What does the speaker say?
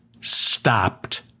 stopped